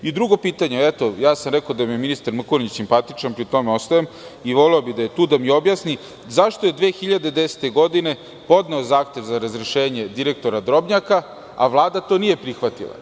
Drugo pitanje, rekao sam da mi je ministar Mrkonjić simpatičan i pri tome ostajem, voleo bih da je tu da mi objasni - zašto je 2010. godine podneo zahtev za razrešenje direktora Drobnjaka, a Vlada to nije prihvatila?